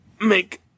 make